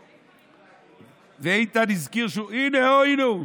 אוה, הינה הוא.